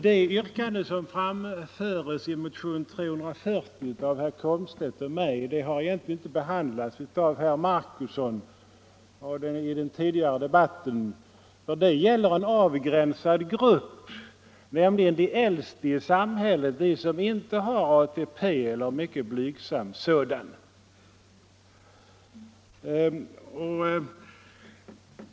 Det yrkande som framförs i motionen 340 av herr Komstedt och mig har inte kommenterats av herr Marcusson, ej heller i den tidigare debatten. Vårt yrkande gäller en avgränsad grupp, nämligen de äldsta i samhället som inte har ATP eller bara en mycket blygsam sådan.